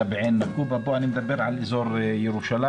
היה בעין נקובה אני מדבר על אזור ירושלים,